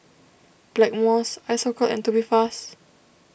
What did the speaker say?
Blackmores Isocal and Tubifast